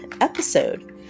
episode